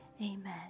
amen